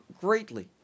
greatly